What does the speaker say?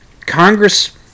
Congress